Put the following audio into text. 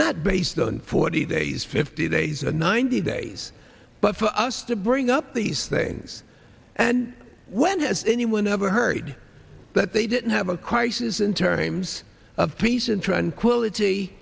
not based on forty days fifty days and ninety days but for us to bring up these things and when has anyone ever heard that they didn't have a crisis in terms of peace and tranquility